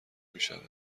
میشود